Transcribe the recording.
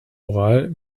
oral